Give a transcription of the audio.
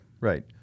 Right